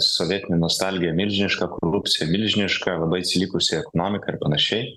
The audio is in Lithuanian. sovietinė nostalgija milžiniška korupcija milžiniška labai atsilikusi ekonomika ir panašiai